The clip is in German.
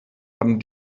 haben